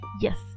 yes